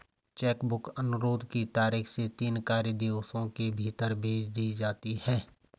check book अनुरोध की तारीख से तीन कार्य दिवसों के भीतर भेज दी जाती है